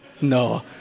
No